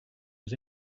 was